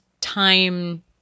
time